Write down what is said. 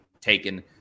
taken